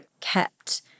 kept